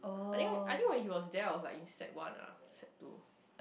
I think I think when he was there I was like in sec one ah or sec two